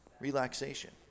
relaxation